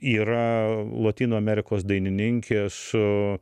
yra lotynų amerikos dainininkė su